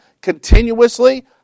Continuously